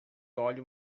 óleo